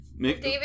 David